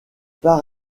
par